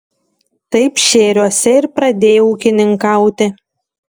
taip šėriuose ir pradėjau ūkininkauti